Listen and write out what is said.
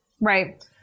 Right